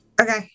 Okay